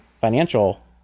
financial